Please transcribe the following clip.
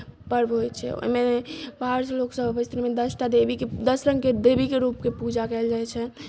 पर्व होइत छै ओहिमे बाहरसँ लोकसभ अबैत छथिन ओहिमे दसटा देवीके दस रङ्गके देवीके रूपके पूजा कयल जाइत छनि